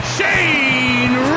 Shane